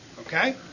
Okay